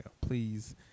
please